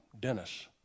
Dennis